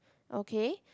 okay